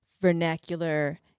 vernacular